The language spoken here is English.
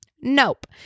Nope